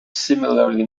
similarly